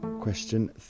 Question